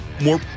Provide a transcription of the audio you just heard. more